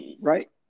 Right